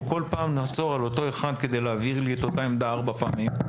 אנחנו כל פעם נעצור על אותו אחד כדי להבהיר לי את אותה עמדה ארבע פעמים,